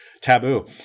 taboo